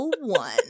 one